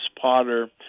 potter